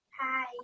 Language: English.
Hi